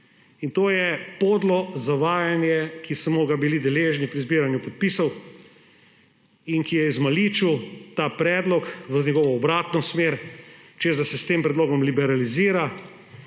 in to je podlo zavajanje, ki smo ga bili deležni pri zbiranju podpisov in ki je izmaličil ta predlog v njegovo obratno smer, češ da se s tem predlogom liberalizira